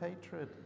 hatred